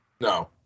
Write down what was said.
No